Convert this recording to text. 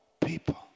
people